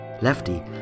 Lefty